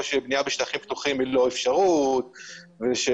שבנייה בשטחים פתוחים היא לא אפשרות --- לא.